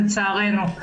לצערנו.